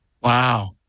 Wow